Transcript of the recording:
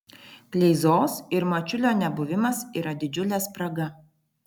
kleizos ir mačiulio nebuvimas yra didžiulė spraga